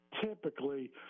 typically